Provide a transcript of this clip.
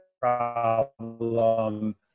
problem